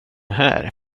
här